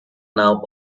now